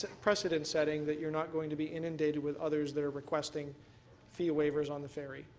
and precedent setting that you're not going to be inundated with others that are requesting fee waivers on the ferry?